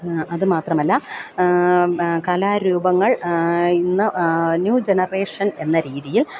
അതു മാത്രമല്ല കലാരൂപങ്ങൾ ഇന്ന് ന്യൂ ജനറേഷൻ എന്ന രീതിയിൽ